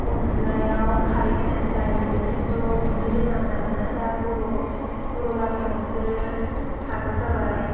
अनलायाव खारै होनानै जायो बिसोरथ' बिदि रोङामोन आरो ना दा बर' बर' गामियाव बिसोरो थाग्रा जाबाय